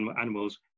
animals